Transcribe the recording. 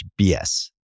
BS